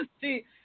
see